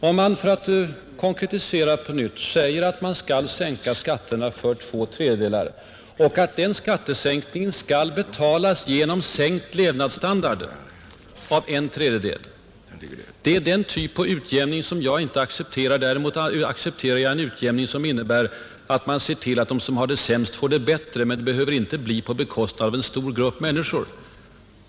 Om man, för att på nytt konkretisera, säger att man skall sänka skatterna för två tredjedelar av befolkningen och att skattesänkningen skall betalas genom sänkt levnadsstandard för en tredjedel, är det exempel på den typ av utjämning som jag inte accepterar. Däremot accepterar jag en utjämning som innebär att man ser till att de som har det sämst får det bättre, Men det behöver inte ske på bekostnad av en stor grupp människor.